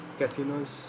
casinos